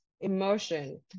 Emotion